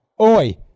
oi